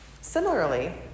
Similarly